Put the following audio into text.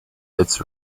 its